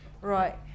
Right